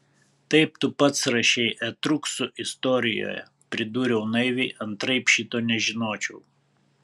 taip tu pats rašei etruskų istorijoje pridūriau naiviai antraip šito nežinočiau